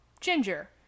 ginger